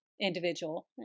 individual